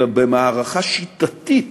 אלא במערכה שיטתית